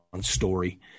story